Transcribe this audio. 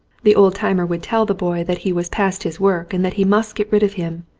the old timer would tell the boy that he was past his work and that he must get rid of him,